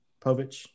Povich